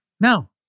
Now